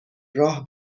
راه